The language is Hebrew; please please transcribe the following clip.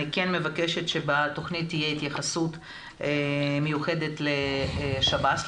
אני כן מבקשת שבתוכנית תהיה התייחסות מיוחדת לשב"ס,